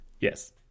Yes